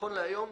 נכון להיום,